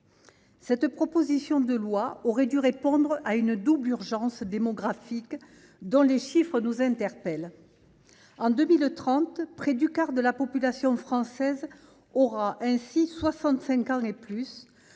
et l’autonomie. Elle aurait dû répondre à une double urgence démographique, dont les chiffres nous inquiètent : en 2030, près du quart de la population française aura 65 ans ou plus